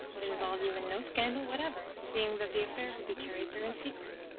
would involve you in no scandal whatever, seeing that the affair would be carried through in secret.